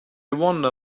wonder